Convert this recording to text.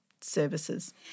services